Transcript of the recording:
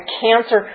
cancer